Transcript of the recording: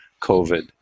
COVID